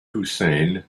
hassan